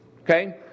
Okay